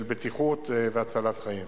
של בטיחות והצלת חיים.